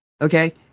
Okay